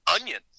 onions